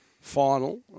final